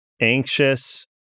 anxious